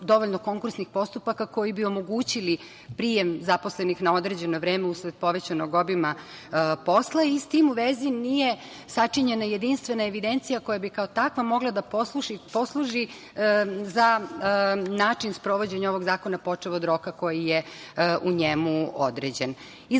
dovoljno konkursnih postupaka koji bi omogućili prijem zaposlenih na određeno vreme usled povećanog obima posla i s tim u vezi nije sačinjena jedinstvena evidencija koja bi kao takva mogla da posluži za način sprovođenja ovog zakona počev od roka koji je u njemu određen. Iz